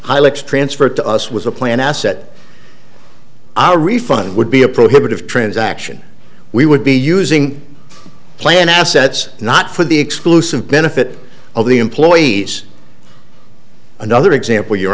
pilots transferred to us was a planned asset a refund would be a prohibitive transaction we would be using plan assets not for the exclusive benefit of the employees another example your